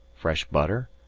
fresh butter,